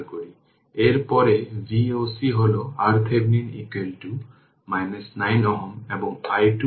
এখন এই current division i t হবে 5 বাই 5 2 i 1